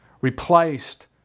replaced